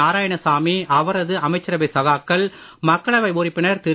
நாராயணசாமி அவரது அமைச்சரவை சகாக்கள் மக்களவை உறுப்பினர் திரு